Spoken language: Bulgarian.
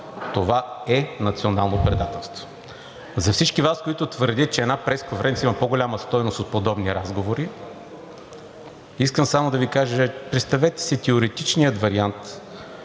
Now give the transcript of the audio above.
Това е национално предателство! За всички Вас, които твърдят, че една пресконференция има по-голяма стойност от подобни разговори, искам само да Ви кажа: представете си теоретичния вариант,